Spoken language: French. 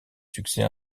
succès